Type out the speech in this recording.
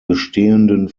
bestehenden